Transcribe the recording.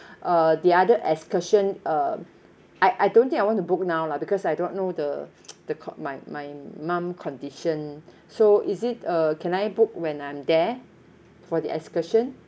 uh the other excursion um I I don't think I want to book now lah because I don't know the the con~ my my mum condition so is it uh can I book when I'm there for the excursion